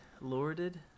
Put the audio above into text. lorded